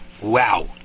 Wow